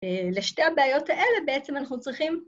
‫לשתי הבעיות האלה בעצם אנחנו צריכים...